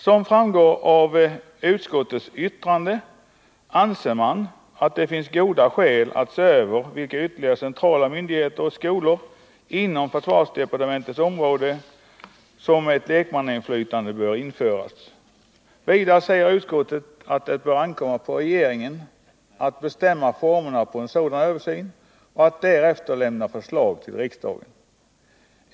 Som framgår av utskottets yttrande anser man att det finns goda skäl att se över i vilka ytterligare centrala myndigheter och skolor inom försvarsdepartementets område ett lekmannainflytande bör införas. Vidare säger utskottet att det bör ankomma på regeringen att bestämma formerna för en sådan översyn och att därefter lämna förslag till riksdagen.